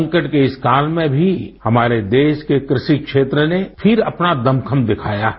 संकट के इस काल में भी हमारे देश के कृषि क्षेत्र ने फिर अपना दमखम दिखाया है